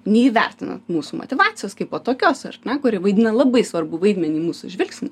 neįvertinant mūsų motyvacijos kaipo tokios ar ne kuri vaidina labai svarbų vaidmenį mūsų žvilgsnį